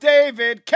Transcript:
David